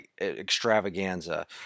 extravaganza